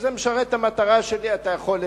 כשזה משרת את המטרה שלי אתה יכול,